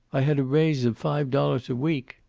i had a raise of five dollars a week.